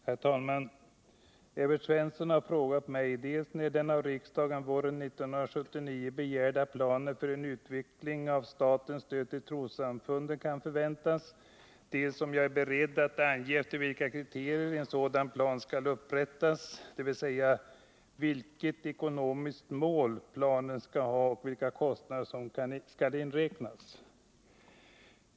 Herr talman! Evert Svensson har frågat mig dels när den av riksdagen våren 1979 begärda planen för utveckling av statens stöd till trossamfunden kan förväntas, dels om jag är beredd att ange efter vilka kriterier en sådan plan skall upprättas, dvs. vilket ekonomiskt mål planen skall ha och vilka kostnader som skall inräknas.